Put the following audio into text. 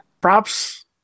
Props